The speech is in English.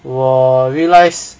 我 realize